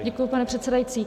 Děkuji, pane předsedající.